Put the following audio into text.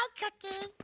ah cookie,